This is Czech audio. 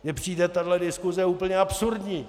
Mně přijde tahle diskuse úplně absurdní.